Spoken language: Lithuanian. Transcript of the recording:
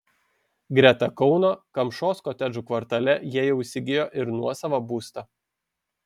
greta kauno kamšos kotedžų kvartale jie jau įsigijo ir nuosavą būstą